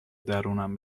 درونم